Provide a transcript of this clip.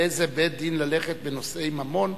לאיזה בית-דין ללכת בנושאי ממון?